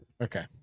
Okay